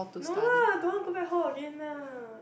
no lah don't want home again lah